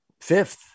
fifth